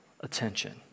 attention